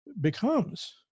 becomes